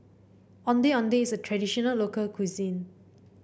Ondeh Ondeh is a traditional local cuisine